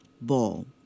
Ball